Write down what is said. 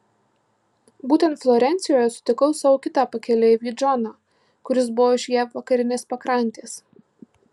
būtent florencijoje sutikau savo kitą pakeleivį džoną kuris buvo iš jav vakarinės pakrantės